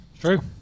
True